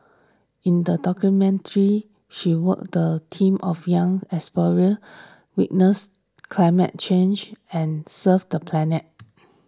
in the documentary she worked team of young explorers witness climate change and serve the planet